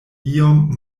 iom